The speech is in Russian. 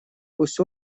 пусть